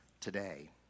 today